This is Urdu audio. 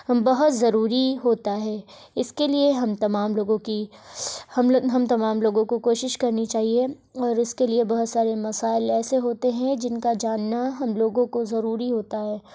بہت ضروری ہوتا ہے اس کے لیے ہم تمام لوگوں کی ہم ہم تمام لوگوں کو کوشش کرنی چاہیے اور اس کے لیے بہت سارے مسائل ایسے ہوتے ہیں جن کا جاننا ہم لوگوں کو ضروری ہوتا ہے